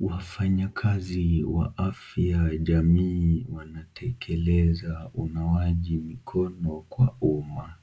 Wafanyakazi wa Afya Jamii wanatekeleza unawaji mikono kwa umma,